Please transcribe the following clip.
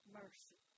mercy